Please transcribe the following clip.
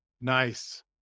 Nice